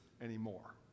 anymore